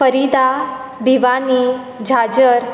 Faridabad Bhiwani Jhanjhar